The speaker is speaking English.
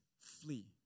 Flee